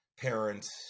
parents